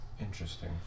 Interesting